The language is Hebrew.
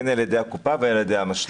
הן על ידי הקופה והן על ידי הביטוח המשלים.